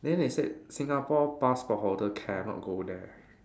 then they said Singapore passport holder cannot go there